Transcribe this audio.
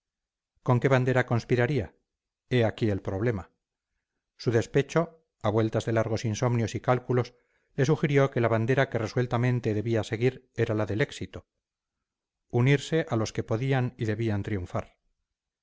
con qué bandera conspiraría he aquí el problema su despecho a vueltas de largos insomnios y cálculos le sugirió que la bandera que resueltamente debía seguir era la del éxito unirse a los que podían y debían triunfar